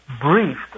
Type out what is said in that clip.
briefed